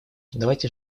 давайте